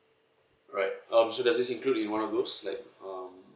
alright um so does this include in one of those like um